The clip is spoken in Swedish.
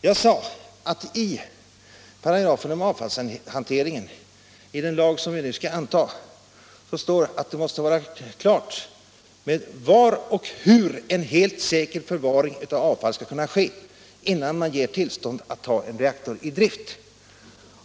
Jag sade att det i paragrafen om avfallshanteringen i den lag som vi nu skall anta står att det måste vara klarlagt var och hur en helt säker förvaring av avfallet skall kunna ske innan tillstånd ges att ta en reaktor i drift.